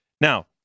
Now